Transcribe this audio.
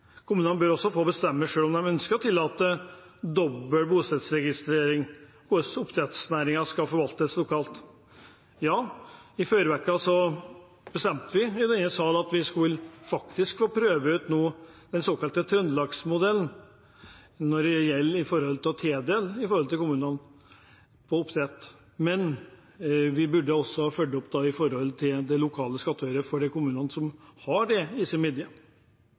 Kommunene bør også få bestemme selv om de ønsker å tillate dobbel bostedsregistrering, og hvordan oppdrettsnæringen skal forvaltes lokalt. I forrige uke bestemte vi i denne sal at vi nå faktisk skulle få prøve ut den såkalte Trøndelagsmodellen når det gjelder tildeling av rettigheter innenfor oppdrett til kommunene. Men da burde vi også fulgt opp med den lokale skattøren for de kommunene som har det,